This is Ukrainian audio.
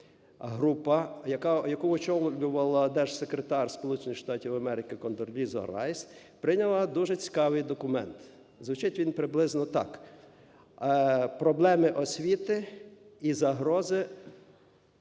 група, яку очолювала Держсекретар Сполучених Штатів Америки Кондоліза Райс, прийняла дуже цікавий документ. Звучить він приблизно так: "Проблеми освіти і загрози